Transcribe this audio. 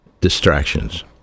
distractions